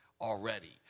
already